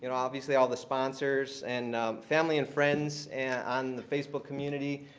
and obviously all the sponsors and family and friends on the facebook community,